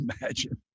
imagine